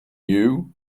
you